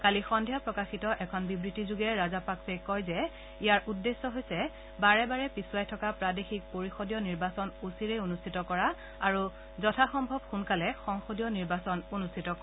কালি সন্ধিয়া প্ৰকাশিত এখন বিবৃতিষোগে ৰাজাপাকচেই কয় যে ইয়াৰ উদ্দেশ্য হৈছে বাৰে বাৰে পিছুৱাই থকা প্ৰাদেশিক পৰিষদীয় নিৰ্বাচন অচিৰেই অনুষ্ঠিত কৰা তথা যথাসম্ভৱ সোনকালে সংসদীয় নিৰ্বাচন অনুষ্ঠিত কৰা